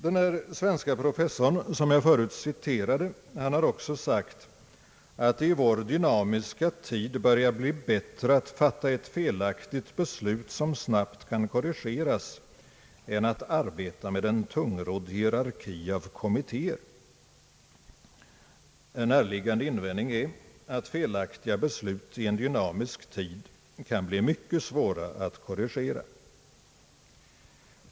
Den svenske professor som jag förut citerade har också sagt att det i vår dynamiska tid börjar bli bättre att fatta ett felaktigt beslut som snabbt kan korrigeras än att arbeta med en tungrodd hierarki av kommittéer. En närliggande invändning är att felaktiga beslut i en dynamisk tid kan bli mycket svåra att korrigera.